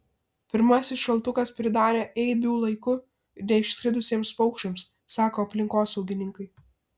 pirmasis šaltukas pridarė eibių laiku neišskridusiems paukščiams sako aplinkosaugininkai